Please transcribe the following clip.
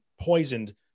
poisoned